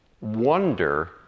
wonder